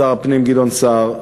שר הפנים גדעון סער,